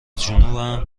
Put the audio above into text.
جنوبم